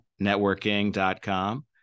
networking.com